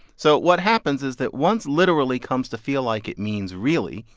so what happens is that once literally comes to feel like it means really,